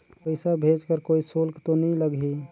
पइसा भेज कर कोई शुल्क तो नी लगही?